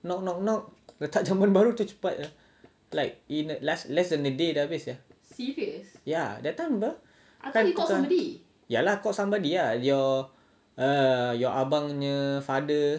knock knock knock letak jamban baru macam cepat sia like in less less than a day dah habis sia ya that time remember ya lah he call somebody ah your err abang punya father